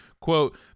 Quote